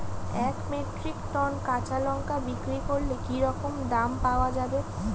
এক metric ton কাঁচা লঙ্কা বিক্রি করলে কি রকম দাম পাওয়া যাবে?